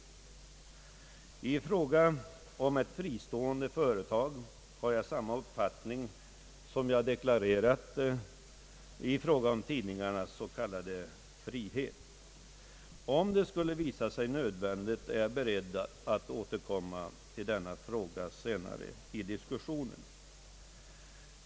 När det gäller ett fristående företag har jag samma uppfattning som jag deklarerat i fråga om tidningarnas s.k. frihet. Om det skulle visa sig nödvändigt är jag beredd att återkomma till denna fråga senare i diskussionen.